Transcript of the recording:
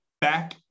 back